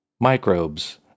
microbes